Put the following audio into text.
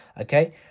Okay